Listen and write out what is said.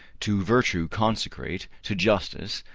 to virtue consecrate, to justice,